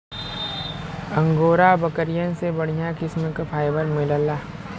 angora बकरियन से बढ़िया किस्म क फाइबर मिलला